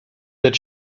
that